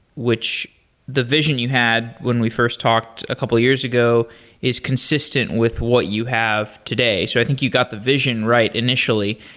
which the vision you had when we first talked a couple years ago is consistent with what you have today. so i think you got the vision right initially.